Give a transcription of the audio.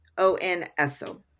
o-n-s-o